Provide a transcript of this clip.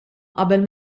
qabel